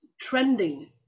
trending